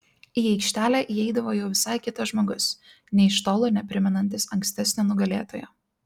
į aikštelę įeidavo jau visai kitas žmogus nė iš tolo neprimenantis ankstesnio nugalėtojo